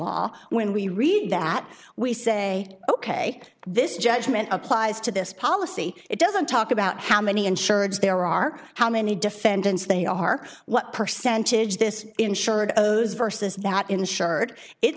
law when we read that we say ok this judgment applies to this policy it doesn't talk about how many insurers there are how many defendants they are what percentage this insured owes versus not insured it